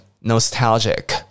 nostalgic